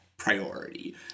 priority